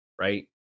right